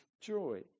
joy